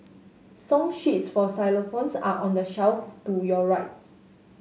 song sheets for xylophones are on the shelf to your right